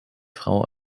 frau